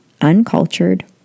uncultured